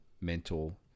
mental